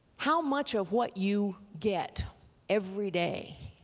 how much of what you get every day